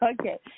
Okay